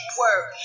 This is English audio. work